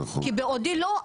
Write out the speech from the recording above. כי בעודי לא,